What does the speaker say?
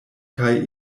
kaj